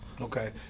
Okay